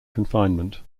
confinement